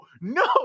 no